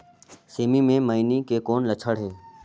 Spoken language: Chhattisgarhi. सेमी मे मईनी के कौन लक्षण हे?